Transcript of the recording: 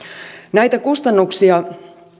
näitä kustannuksia